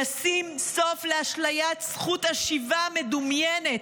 נשים סוף לאשליית זכות השיבה המדומיינת,